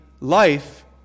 life